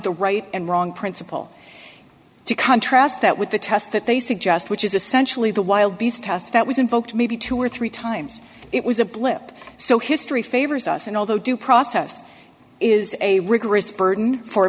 the right and wrong principle to contrast that with the test that they suggest which is essentially the wild beast test that was invoked maybe two or three times it was a blip so history favors us and although due process is a rigorous burden for a